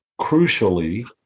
crucially